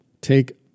Take